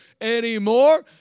anymore